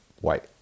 white